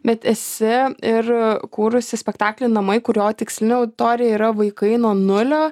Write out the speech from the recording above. bet esi ir kūrusi spektaklį namai kurio tikslinė auditorija yra vaikai nuo nulio